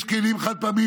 יש כלים חד-פעמיים,